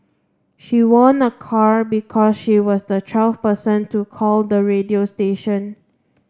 she won a car because she was the twelfth person to call the radio station